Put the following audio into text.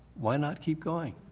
why not keep going?